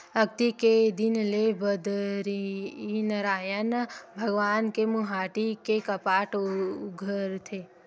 अक्ती के दिन ले बदरीनरायन भगवान के मुहाटी के कपाट उघरथे